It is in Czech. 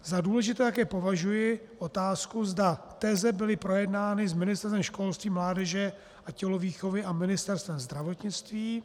Za důležité také považuji otázku, zda teze byly projednány s Ministerstvem školství, mládeže a tělovýchovy a Ministerstvem zdravotnictví.